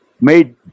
made